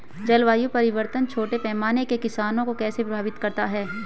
जलवायु परिवर्तन छोटे पैमाने के किसानों को कैसे प्रभावित करता है?